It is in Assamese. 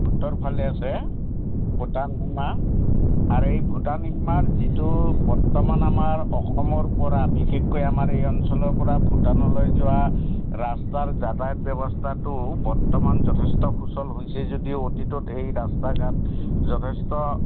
উত্তৰ ফালে আছে ভূটান সীমা আৰু এই ভূটান সীমাৰ যিটো বৰ্তমান আমাৰ অসমৰ পৰা বিশেষকৈ আমাৰ এই অঞ্চলৰ পৰা ভূটানলৈ যোৱা ৰাস্তাৰ যাতায়ত ব্যৱস্থাটো বৰ্তমান যথেষ্ট সুচল হৈছে যদিও অতীতত এই ৰাস্তা ঘাট যথেষ্ট